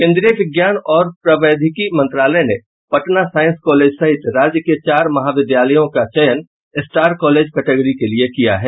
केन्द्रीय विज्ञान और प्रावैधिकी मंत्रालय ने पटना साइंस कॉलेज सहित राज्य के चार महाविद्यालयों का चयन स्टार कॉलेज कटेगरी के लिए किया है